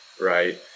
right